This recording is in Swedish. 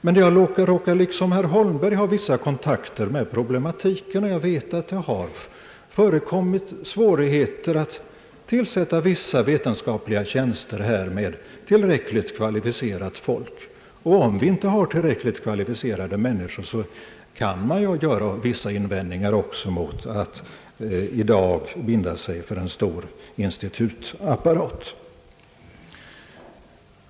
Men jag råkar liksom herr Holmberg ha vissa kontakter med problematiken, och jag vet att det förekommit svårigheter att tillsätta vissa vetenskapliga tjänster med tillräckligt kvalificerat folk. Om vi inte har tillräckligt kvalificerade människor kan man göra vissa invändningar mot att i dag binda sig för en stor institutapparat.